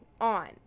on